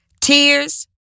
tears